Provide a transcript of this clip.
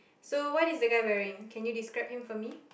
so what is the guy wearing can you describe him for me